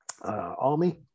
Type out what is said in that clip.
army